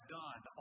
done